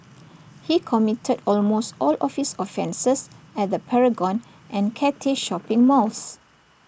he committed almost all of his offences at the Paragon and Cathay shopping malls